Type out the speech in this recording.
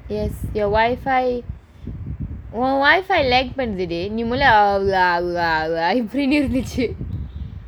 your Wi-Fi on Wi-Fi lag பண்ணுதடி நீ மொதல்ல:pannuthadi nee modalla ah prini வந்துடிச்சி:vanthudichchi